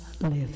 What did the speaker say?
live